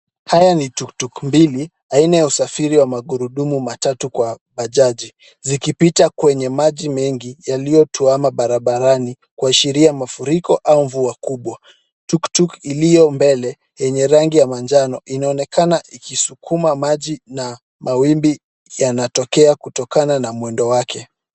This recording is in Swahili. Haya ni tuktuk mbili aina ya usafiri wa magurudumu matatu kwa bajaji zikipita kwenye maji mengi yaliyotuama barabarani kuashiria mafuriko au mvua kubwa. Tuktuk iliyo mbele yenye rangi ya majano inaonekana ikisukuma maji na mawimbi yanatokea kutokana na mwendo wake.